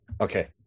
Okay